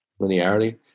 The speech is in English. linearity